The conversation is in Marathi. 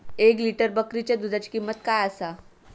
एक लिटर बकरीच्या दुधाची किंमत काय आसा?